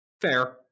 fair